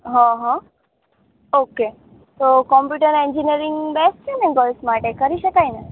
હા હા ઓકે તો કોમ્પ્યુટર ઍન્જીનિયરિંગ બૅસ્ટ છે ને ગર્લ્સ માટે કરી શકાય ને